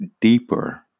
deeper